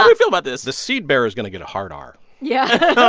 um feel about this? the seed bearer is going to get a hard r yeah